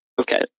Okay